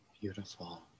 Beautiful